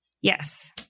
Yes